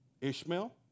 Ishmael